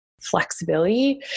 flexibility